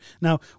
Now